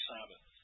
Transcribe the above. Sabbath